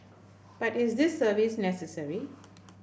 but is this service necessary